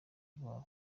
rwabo